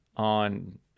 On